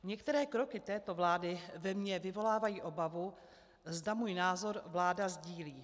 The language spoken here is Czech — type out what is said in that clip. Některé kroky této vlády ve mně vyvolávají obavu, zda můj názor vláda sdílí.